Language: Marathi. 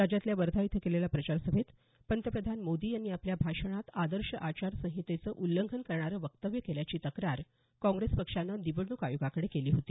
राज्यातल्या वर्धा इथं केलेल्या प्रचार सभेत पंतप्रधान मोदी यांनी आपल्या भाषणात आदर्श आचारसंहितेचं उल्लंघन करणारं वक्तव्य केल्याची तक्रार काँग्रेस पक्षानं निवडणूक आयोगाकडे केली होती